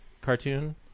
cartoon